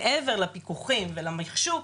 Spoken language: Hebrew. מעבר לפיקוח ולמחשוב,